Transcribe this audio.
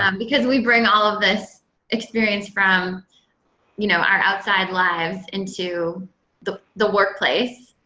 um because we bring all of this experience from you know our outside lives into the the workplace,